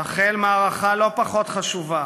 תחל מערכה לא פחות חשובה